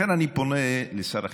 לכן אני פונה לשר החינוך.